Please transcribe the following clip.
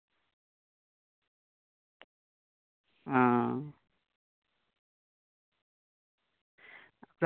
ᱚ